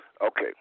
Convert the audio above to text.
Okay